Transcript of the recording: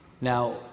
now